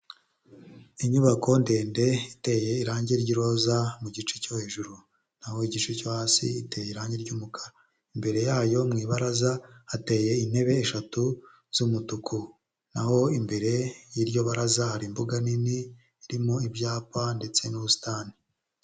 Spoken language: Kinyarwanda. Inyubako ndende iteye irangi ry'iroza mu gice cyo hejuru; naho igice cyo hasi iteye irangi ry'umukara. Imbere yayo mu ibaraza hateye intebe eshatu z'umutuku; naho imbere y'iryo baraza hari imbuga nini irimo ibyapa ndetse n'ubusitani.